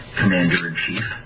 commander-in-chief